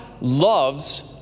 loves